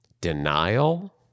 denial